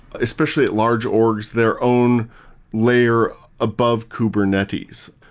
especially at large orgs, their own layer above kubernetes.